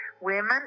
women